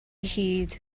hid